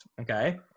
Okay